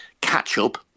catch-up